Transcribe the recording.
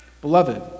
Beloved